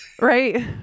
right